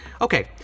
Okay